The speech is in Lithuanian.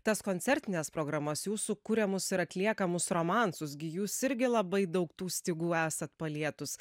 tas koncertines programas jūsų kuriamus ir atliekamus romansus gi jūs irgi labai daug tų stygų esat palietus